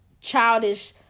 childish